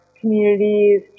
communities